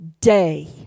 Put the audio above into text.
day